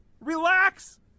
Relax